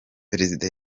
perezida